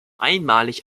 einmalig